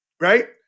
right